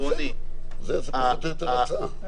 זו פחות או יותר ההצעה.